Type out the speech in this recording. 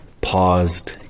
paused